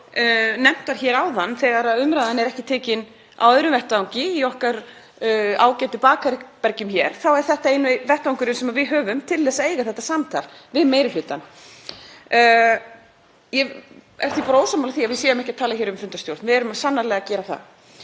og nefnt var áðan, þegar umræðan er ekki tekin á öðrum vettvangi, í okkar ágætu bakherbergjum hér, er þetta eini vettvangurinn sem við höfum til þess að eiga þetta samtal við meiri hlutann. Ég er því ósammála því að við séum ekki að tala um fundarstjórn, við erum sannarlega að gera það.